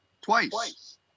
Twice